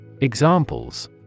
Examples